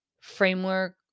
framework